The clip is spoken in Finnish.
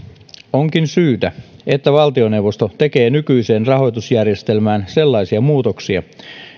onkin syytä että valtioneuvosto tekee nykyiseen rahoitusjärjestelmään sellaisia muutoksia